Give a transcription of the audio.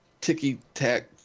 ticky-tack